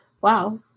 Wow